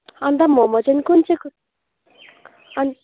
अन्त मोमो चाहिँ कुन चाहिँको अनि